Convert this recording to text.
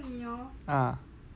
ah